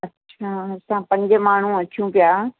अच्छा असां पंज माण्हू अचूं पिया